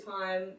time